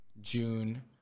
June